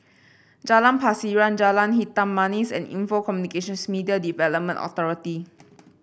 Jalan Pasiran Jalan Hitam Manis and Info Communications Media Development Authority